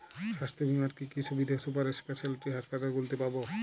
স্বাস্থ্য বীমার কি কি সুবিধে সুপার স্পেশালিটি হাসপাতালগুলিতে পাব?